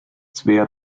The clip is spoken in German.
svea